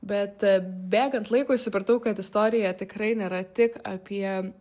bet bėgant laikui supratau kad istorija tikrai nėra tik apie